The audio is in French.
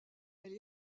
elle